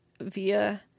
via